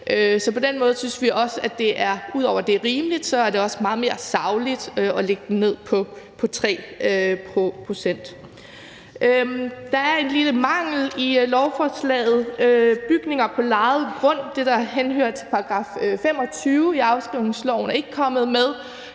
Så på den måde synes vi også – ud over at det er rimeligt – at det er meget mere sagligt at lægge den ned på 3 pct. Der er en lille mangel i lovforslaget. Bygninger på lejet grund – det, der henhører til § 25 i afskrivningsloven – er ikke kommet med.